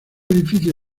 edificio